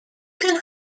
can